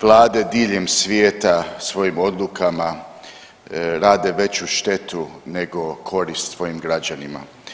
vlade diljem svijeta svojim odlukama rade veću štetu nego korist svojim građanima.